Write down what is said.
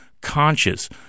conscious